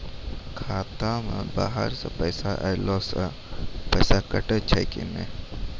खाता मे बाहर से पैसा ऐलो से पैसा कटै छै कि नै?